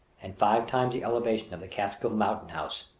and five times the elevation of the catskill mountain house.